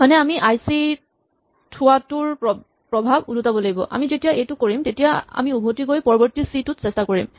মানে আমি I C ত থোৱাটোৰ প্ৰভাৱ ওলোটাব লাগিব আমি যেতিয়া এইটো কৰিম তেতিয়া আমি উভতি গৈ পৰৱৰ্তী চি টো চেষ্টা কৰিম